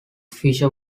fisher